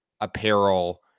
apparel